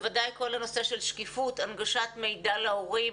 בוודאי כל הנושא של שקיפות והנגשת מידע להורים,